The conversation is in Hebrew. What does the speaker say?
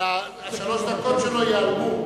אבל שלוש הדקות שלו ייעלמו.